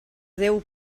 déu